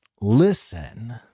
listen